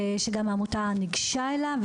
שגם העמותה ניגשה אליו,